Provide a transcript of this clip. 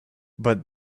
but